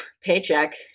paycheck